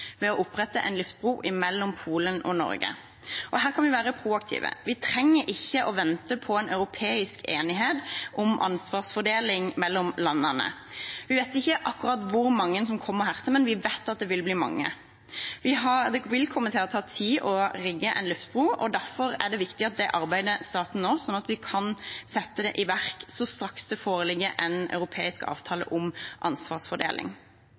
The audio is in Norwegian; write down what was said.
ved å opprette en luftbro mellom Polen og Norge. Her kan vi være proaktive. Vi trenger ikke å vente på en europeisk enighet om ansvarsfordeling mellom landene. Vi vet ikke akkurat hvor mange som kommer hit, men vi vet at det vil bli mange. Det vil komme til å ta tid å rigge en luftbro, og derfor er det viktig at det arbeidet starter nå, sånn at vi kan sette det i verk straks det foreligger en europeisk avtale om ansvarsfordeling.